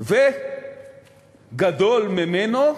וגדול ממנו,